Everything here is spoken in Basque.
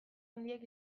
handiak